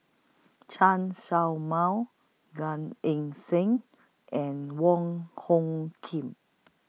Chen Show Mao Gan Eng Seng and Wong Hung Khim